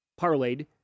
parlayed